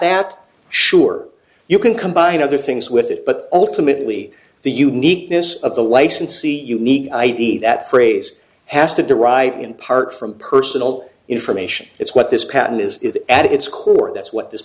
that sure you can combine other things with it but ultimately the uniqueness of the licensee unique id that phrase has to derive in part from personal information it's what this patent is at its core that's what this